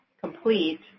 complete